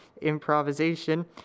improvisation